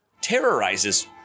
terrorizes